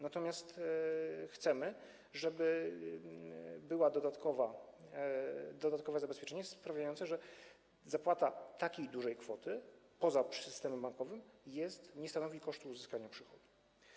Natomiast chcemy, żeby było dodatkowe zabezpieczenie sprawiające, że zapłata takiej dużej kwoty poza systemem bankowym nie stanowi kosztu uzyskania przychodu.